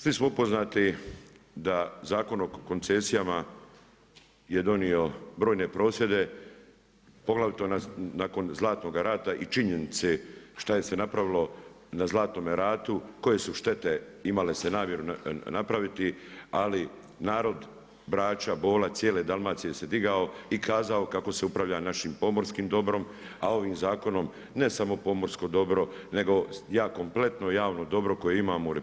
Svi smo upoznati da Zakon o koncesijama je donio brojne prosvjede poglavito nakon Zlatnoga Rata i činjenice šta se je napravilo na Zlatnome Ratu, koje su štete imale se namjeru napraviti ali narod Brača, Bola, cijele Dalmacije se digao i kazao kako se upravlja našim pomorskim dobrom, a ovim zakonom ne samo pomorsko dobro nego kompletno javno dobro koje imamo u RH